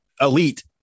elite